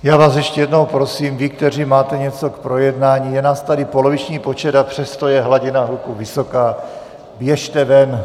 Já vás ještě jednou prosím, vy, kteří máte něco k projednání, je nás tady poloviční počet, a přesto je hladina hluku vysoká, běžte ven.